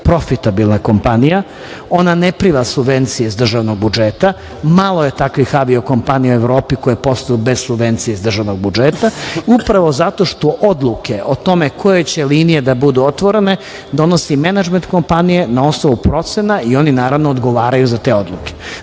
profitabilna kompanija. Ona ne prima subvencije iz državnog budžeta. Malo je takvih avio kompanija u Evropi koje posluju bez subvencija iz državnog budžeta upravo zato što odluke o tome koje će linije da budu otvorene donosi menadžment kompanije na osnovu procena i oni, naravno, odgovaraju za te odluke.